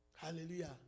Hallelujah